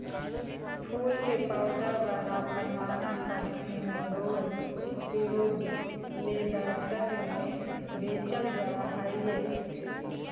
फूल के पौधा बड़ा पैमाना पर इनडोर उपयोग ले बर्तन में बेचल जा हइ